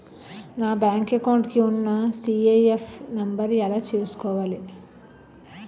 నా bank account కి ఉన్న సి.ఐ.ఎఫ్ నంబర్ ఎలా చూసుకోవాలి?